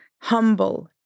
humble